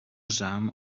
samen